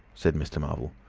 said mr. marvel.